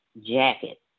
jacket